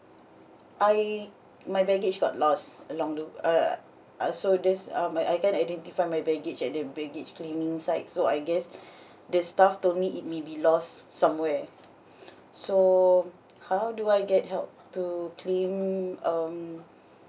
I my baggage got lost along the uh uh so this um I can't identify my baggage at the baggage claiming side so I guess the staff told me it may be lost somewhere so how do I get help to claim um